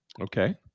Okay